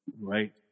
Right